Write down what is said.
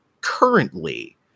currently